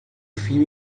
fio